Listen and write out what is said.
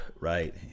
right